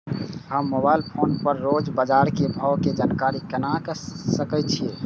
हम mobile phone पर रोज बाजार के भाव के जानकारी केना ले सकलिये?